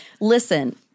Listen